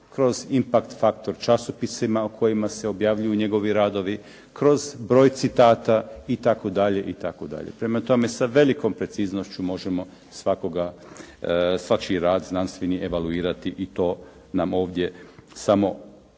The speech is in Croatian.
kroz impakt faktor časopisima u kojima se objavljuju njegovi radovi, kroz broj citata itd., itd. Prema tome, sa velikom preciznošću možemo svačiji rad znanstveni evaluirati i to nam ovdje samo